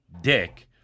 Dick